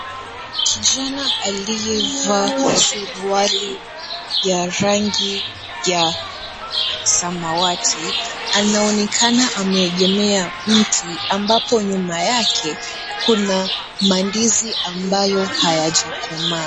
Kijana aliyevaa suruali ya rangi ya samawati anaonekana ameegemea mti ambapo nyuma yake kuna mandizi ambayo hayajakomaa.